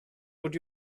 would